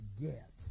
get